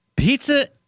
Pizza